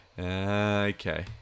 Okay